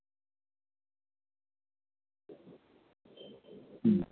ᱦᱩᱸ